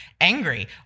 angry